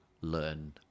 learn